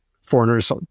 foreigners